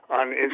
on